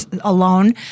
alone